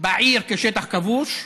בעיר כשטח כבוש,